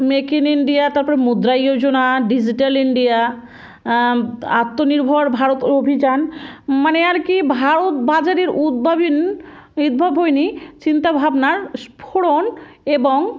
make in India তারপরে Mudra Yojana digital India Atmanirbhar Bharat অভিযান মানে আর কি ভারত বাজারের উদ্ভাবনী উদ্ভাবনী চিন্তাভাবনার স্ফোরণ এবং